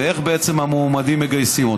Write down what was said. איך בעצם המועמדים מגייסים?